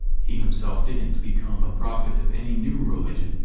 he himself didn't become a prophet of any new religion,